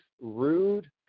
Rude